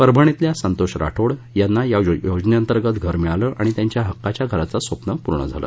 परभणीतल्या संतोष राठोड यांना या योजनेअंतर्गत घर मिळालं आणि त्यांच्या हक्काच्या घराचं स्वप्न पूर्ण झालं